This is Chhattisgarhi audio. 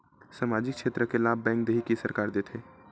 सामाजिक क्षेत्र के लाभ बैंक देही कि सरकार देथे?